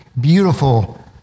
beautiful